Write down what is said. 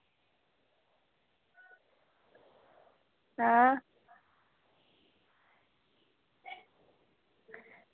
ऐं